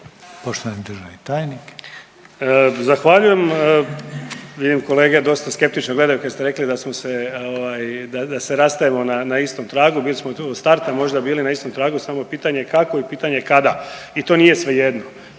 Poštovani državni tajnik.